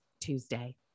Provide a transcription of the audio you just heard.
Tuesday